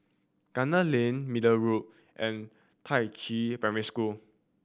Gunner Lane Middle Road and Da Qiao Primary School